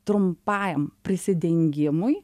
trumpajam persidengimui